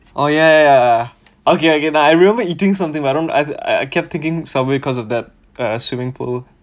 oh ya ya ya ya okay okay now I remember eating something but I don't I I kept thinking subway cause of that swimming pool